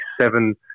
seven